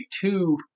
two